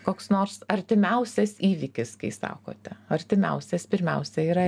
koks nors artimiausias įvykis kai sakote artimiausias pirmiausia yra